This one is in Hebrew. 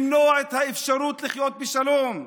למנוע את האפשרות לחיות בשלום,